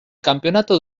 campeonato